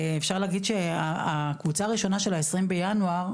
אפשר להגיד שהקבוצה הראשונה של ה-20 בינואר,